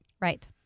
right